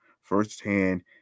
firsthand